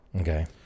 Okay